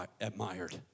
admired